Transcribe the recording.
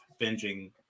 binging